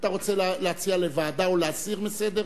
אתה רוצה להציע לוועדה או להסיר מסדר-היום?